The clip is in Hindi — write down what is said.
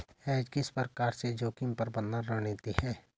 हेज किस प्रकार से जोखिम प्रबंधन रणनीति है?